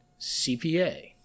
CPA